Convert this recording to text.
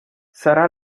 sarà